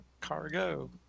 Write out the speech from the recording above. Cargo